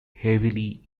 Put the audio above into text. heavily